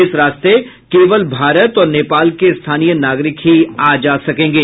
इस रास्ते केवल भारत और नेपाल के स्थानीय नागरिक ही आ जा सकेंगे